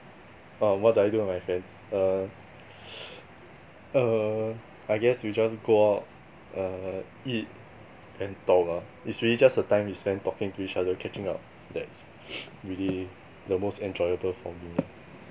uh what do I do with my friends err err I guess we just go out uh eat and talk ah it's really just the time we spend talking to each other catching up that's really the most enjoyable for me lah